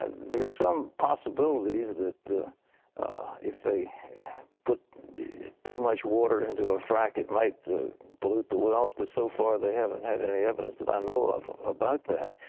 ah there are some possibilities that if they put too much water into a frack, it might pollute the wells, but so far they havent had any evidence that i know of about that.